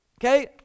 okay